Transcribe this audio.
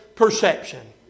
Perception